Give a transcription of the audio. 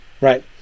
right